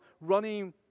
running